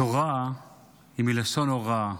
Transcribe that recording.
התורה היא מלשון הוראה.